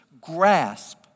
grasp